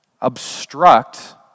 obstruct